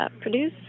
produce